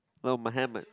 no my helmet